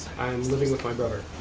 living with my brother.